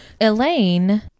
Elaine